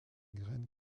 graines